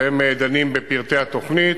והם דנים בפרטי התוכנית,